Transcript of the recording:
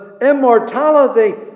immortality